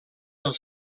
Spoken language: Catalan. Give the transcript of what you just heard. del